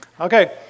Okay